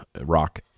Rock